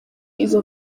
iza